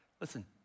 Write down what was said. Listen